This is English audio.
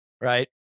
right